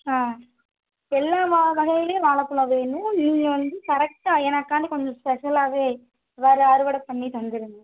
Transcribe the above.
ஆ எல்லா வ வகையிலையும் வாழைப் பழம் வேணும் நீங்கள் வந்து கரெக்டாக எனக்காண்டி கொஞ்சம் ஸ்பெஷலாகவே வேறு அறுவடை பண்ணி தந்துடுங்க